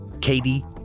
Katie